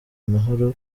amahoro